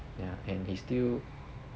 yeah and he still